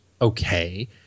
okay